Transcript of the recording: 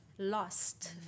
Lost